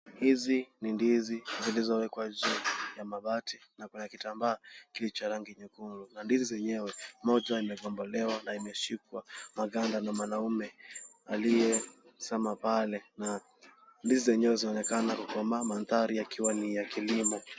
Hizi ni ndizi zilizowekwa juu ya mabati na kuna kitambaa kilicho na rangi nyekundu. Na ndizi zenyewe, moja imebombolewa na imeshikwa maganda na mwanaume aliyesimama pale na ndizi zenyewe zinaonekana kukomaa mandhari yakiwa ni ya kilimo.